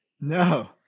No